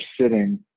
sitting